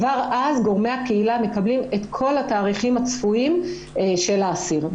כבר אז גורמי הקהילה מקבלים את כל התאריכים הצפויים של האסיר.